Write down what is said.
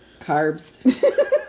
Carbs